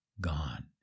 gone